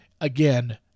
again